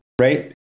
Right